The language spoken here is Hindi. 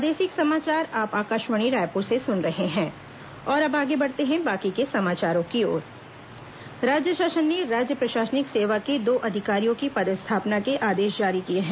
पदस्थापना राज्य शासन ने राज्य प्रशासनिक सेवा के दो अधिकारियों की पदस्थापना के आदेश जारी किए हैं